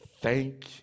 Thank